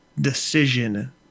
decision